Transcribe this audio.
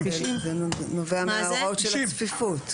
90. זה נובע מההוראות של הצפיפות.